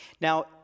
Now